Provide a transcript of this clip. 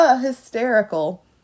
Hysterical